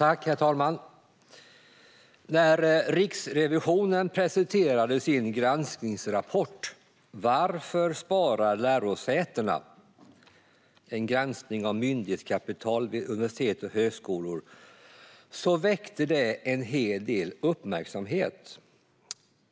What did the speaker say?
Herr talman! När Riksrevisionen presenterade sin granskningsrapport Varför sparar lärosätena? - En granskning av myndighetskapital vid universitet och högskolor väckte det en hel del uppmärksamhet.